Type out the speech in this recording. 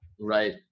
Right